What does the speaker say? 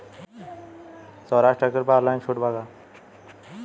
सोहराज tractor पर online छूट बा का?